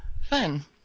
Fun